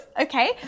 okay